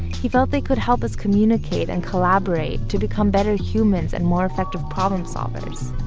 he felt they could help us communicate and collaborate, to become better humans and more effective problem-solvers